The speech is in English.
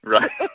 Right